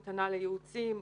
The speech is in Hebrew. המתנה לייעוצים,